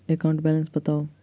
account balance बताउ